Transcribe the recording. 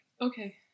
okay